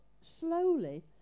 slowly